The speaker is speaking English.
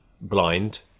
blind